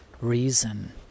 reason